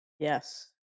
Yes